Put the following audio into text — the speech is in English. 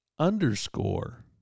underscore